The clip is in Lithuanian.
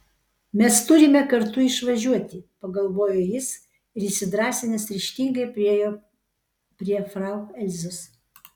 mes turime kartu išvažiuoti pagalvojo jis ir įsidrąsinęs ryžtingai priėjo prie frau elzos